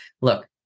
look